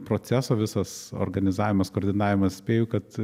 proceso visas organizavimas koordinavimas spėju kad